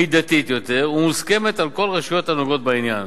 מידתית יותר ומוסכמת על כל הרשויות בעניין.